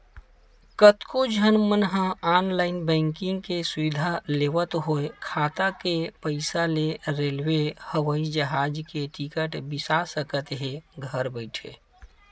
कतको झन मन ह ऑनलाईन बैंकिंग के सुबिधा लेवत होय खाता के पइसा ले रेलवे, हवई जहाज के टिकट बिसा सकत हे घर बइठे